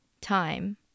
time